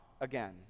again